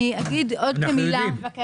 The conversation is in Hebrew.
אנחנו יודעים.